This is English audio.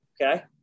Okay